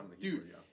Dude